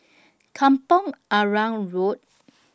Kampong Arang Road